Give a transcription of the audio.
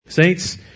Saints